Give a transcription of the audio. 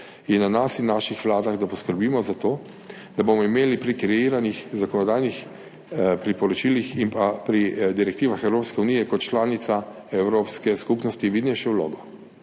in na nas in naših vladah, da poskrbimo za to, da bomo imeli pri kreiranih zakonodajnih priporočilih in pa pri direktivah Evropske unije kot članica Evropske skupnosti vidnejšo vlogo.